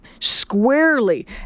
squarely